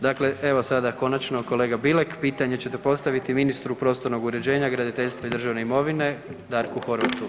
Dakle, evo, sada konačno, kolega Bilek, pitanje ćete postaviti ministru prostornog uređenja, graditeljstva i državne imovine Darku Horvatu.